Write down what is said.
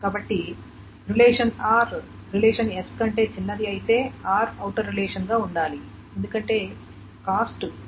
కాబట్టి relation r relation s కంటే చిన్నది అయితే r ఔటర్ రిలేషన్ గా ఉండాలి ఎందుకంటే cost br nr X cs